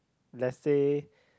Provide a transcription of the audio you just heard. let's say